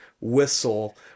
whistle